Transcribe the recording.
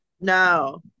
No